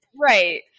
Right